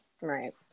Right